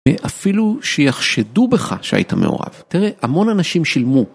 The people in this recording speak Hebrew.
ואפילו שיחשדו בך שהיית מעורב, תראה המון אנשים שילמו.